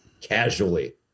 casually